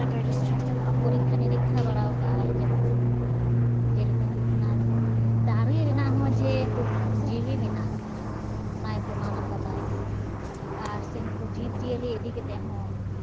ᱯᱚᱨᱤᱠᱠᱷᱟᱼᱱᱤᱨᱤᱠᱠᱷᱟ ᱵᱟᱲᱟᱣ ᱠᱟᱜᱼᱟᱭ ᱡᱮᱢᱚᱱ ᱡᱮᱞᱮᱠᱟ ᱦᱩᱭᱩᱜ ᱠᱟᱱᱟ ᱫᱟᱨᱮ ᱨᱮᱱᱟᱜ ᱦᱚᱸ ᱡᱮ ᱡᱤᱣᱤ ᱢᱮᱱᱟᱜ ᱚᱱᱟᱭ ᱯᱨᱚᱢᱟᱱ ᱠᱟᱫᱟᱭ ᱟᱨ ᱥᱮ ᱱᱩᱠᱩ ᱡᱤᱵᱽ ᱡᱤᱭᱟᱹᱞᱤ ᱤᱫᱤ ᱠᱟᱛᱮ ᱦᱚᱸ